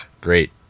Great